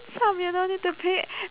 cham you know need to pay